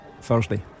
Thursday